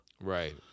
right